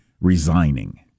resigning